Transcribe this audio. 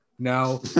Now